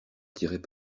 tirait